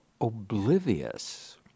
oblivious